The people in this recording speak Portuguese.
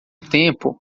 tempo